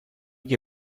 che